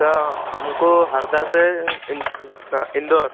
सा हमको हरदा से हाँ इंदौर